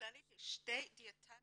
לכללית יש שתי דיאטניות